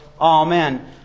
Amen